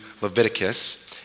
Leviticus